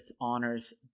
Honor's